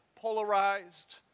polarized